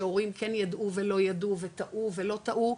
שהורים כן ידעו ולא ידעו וטעו ולא טעו,